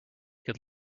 could